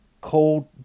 called